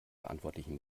verantwortlichen